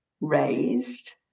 raised